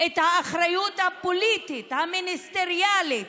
את האחריות הפוליטית, המיניסטריאלית,